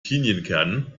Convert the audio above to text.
pinienkernen